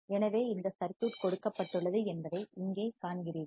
எனவே இந்த சர்க்யூட் கொடுக்கப்பட்டுள்ளது என்பதை இங்கே காண்கிறீர்கள்